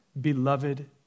beloved